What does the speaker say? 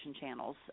channels